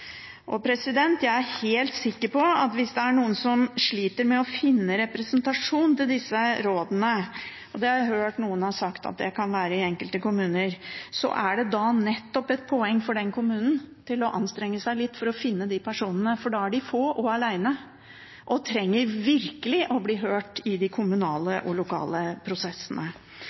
Jeg er helt sikker på at hvis det er noen som sliter med å finne representasjon til disse rådene – og det har jeg hørt noen har sagt at det kan være i enkelte kommuner – så er det da nettopp et poeng for den kommunen å anstrenge seg litt for å finne de personene, for da er de få og alene og trenger virkelig å bli hørt i de kommunale og lokale prosessene.